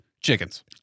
Chickens